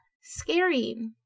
scary